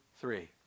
three